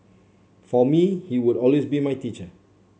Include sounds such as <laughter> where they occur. for me he would <unintelligible> be my teacher